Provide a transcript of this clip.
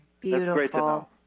Beautiful